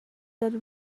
that